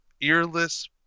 earless